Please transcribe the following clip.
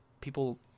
people